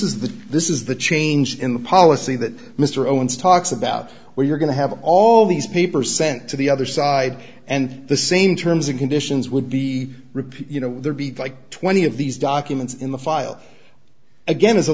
the this is the change in the policy that mr owens talks about where you're going to have all these papers sent to the other side and the same terms and conditions will be repeated you know there be like twenty of these documents in the file again as a